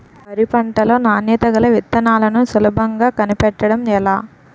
వరి పంట లో నాణ్యత గల విత్తనాలను సులభంగా కనిపెట్టడం ఎలా?